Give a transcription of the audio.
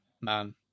man